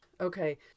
Okay